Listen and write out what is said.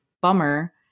bummer